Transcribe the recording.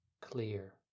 clear